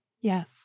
Yes